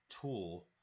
tool